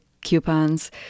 coupons